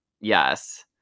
Yes